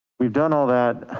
we've done all that,